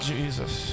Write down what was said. Jesus